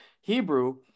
Hebrew